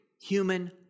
human